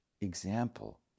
example